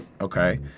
Okay